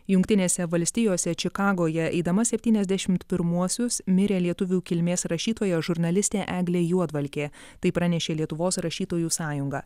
jungtinėse valstijose čikagoje eidama septyniasdešimt pirmuosius mirė lietuvių kilmės rašytoja žurnalistė eglė juodvalkė tai pranešė lietuvos rašytojų sąjunga